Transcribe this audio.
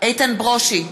איתן ברושי,